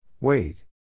Wait